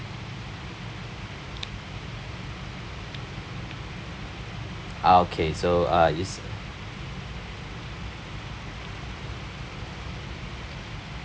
ah okay so uh it's